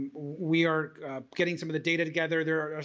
we are getting some of the data together.